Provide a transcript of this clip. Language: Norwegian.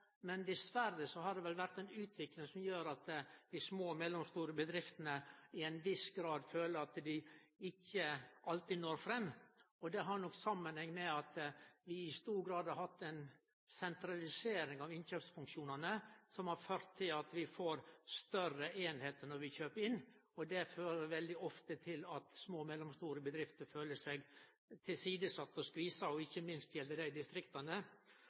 Men dessverre har det vel vore ei utvikling som gjer at dei små og mellomstore bedriftene i ein viss grad føler at dei ikkje alltid når fram. Det har nok samanheng med at vi i stor grad har hatt ei sentralisering av innkjøpsfunksjonane, som har ført til at vi får større einingar når vi kjøper inn, og det fører veldig ofte til at små og mellomstore bedrifter føler seg tilsidesette og skvisa, ikkje minst gjeld det i distrikta.